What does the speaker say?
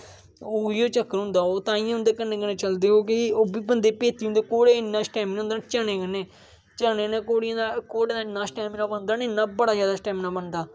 उऐ चक्कर होंदा ओह् ताहियैं उंदे कन्नै कन्नै चलदे ओह् कि ओह् बी बंदे भेती होंदे घोडे़ इन्ना स्टेमिना होंदा चने कन्नै चने कन्नै घोडे़ दा इन्ना स्टैमना बनदा ना इन्ना बड़ा ज्यादा स्टैमेना बनदा